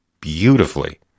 beautifully